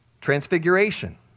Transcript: Transfiguration